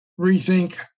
rethink